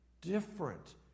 different